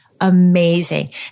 amazing